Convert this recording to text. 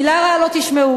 מלה רעה לא תשמעו.